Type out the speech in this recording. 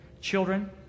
Children